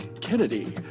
Kennedy